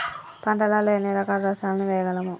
పంటలలో ఎన్ని రకాల రసాయనాలను వేయగలము?